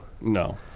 No